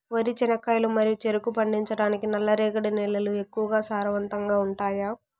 వరి, చెనక్కాయలు మరియు చెరుకు పండించటానికి నల్లరేగడి నేలలు ఎక్కువగా సారవంతంగా ఉంటాయా?